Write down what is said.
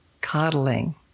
coddling